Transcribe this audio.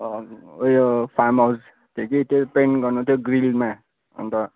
उयो farm house थियो कि त्यो पेन्ट गर्नु थियो ग्रिलमा